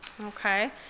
Okay